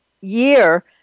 year